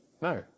No